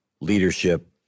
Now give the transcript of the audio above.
leadership